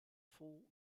vol